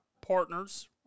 partner's